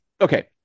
okay